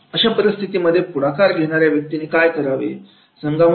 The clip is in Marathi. अशा परिस्थितीमध्ये पुढाकार घेणारे व्यक्तीने काय करावे